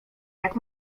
jak